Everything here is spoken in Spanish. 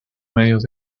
medios